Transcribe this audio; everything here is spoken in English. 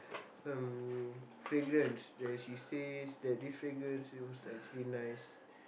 um fragrance that she says that this fragrance use actually nice